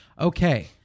Okay